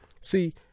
See